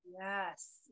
yes